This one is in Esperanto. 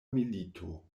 milito